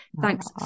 Thanks